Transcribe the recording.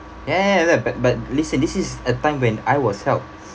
ya ya ya but but listen this is a time when I was helped